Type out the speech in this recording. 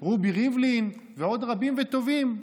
רובי ריבלין ועוד רבים וטובים.